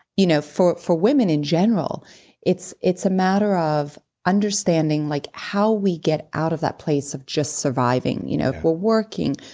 you know for for women in general it's it's a matter of understanding like how we get out of that place of just surviving. you know we're working.